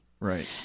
Right